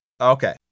okay